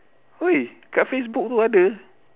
!oi! dekat facebook itu ada